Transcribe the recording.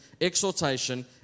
exhortation